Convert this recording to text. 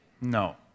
No